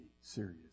serious